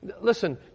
Listen